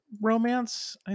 romance